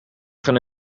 gaan